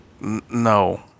No